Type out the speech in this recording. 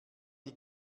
die